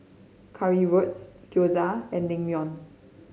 Currywurst Gyoza and Naengmyeon